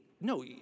No